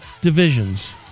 divisions